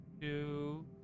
two